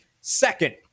second